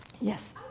yes